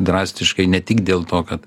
drastiškai ne tik dėl to kad